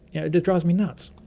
it just drives me nuts.